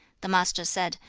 the master said,